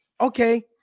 okay